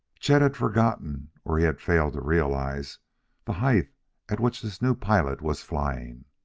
chet had forgotten or he had failed to realize the height at which this new pilot was flying.